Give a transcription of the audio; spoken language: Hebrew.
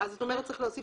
את אומרת שצריך להוסיף